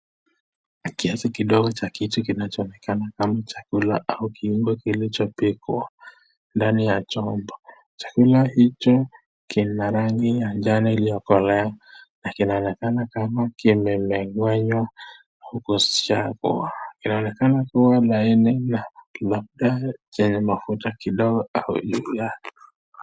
Kiasi kidogo cha kitu kinacho onekana, kilichopikwa ndani ya chombo, chakula hicho kina rangi iliokorea, na kinaonekana kwamba kimelegenywa kuswangwa, kinaonekana kuwa na mafuta kidogo.